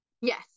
yes